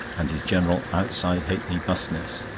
and his general outside-halfpenny-'bus-ness,